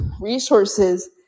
resources